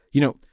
you know,